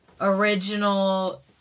original